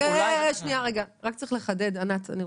ענת.